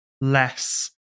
less